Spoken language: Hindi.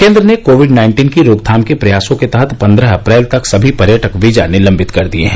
केन्द्र ने कोविड नाइन्टीन की रोकथाम के प्रयासों के तहत पन्द्रह अप्रैल तक सभी पर्यटक वीजा निलंबित कर दिए हैं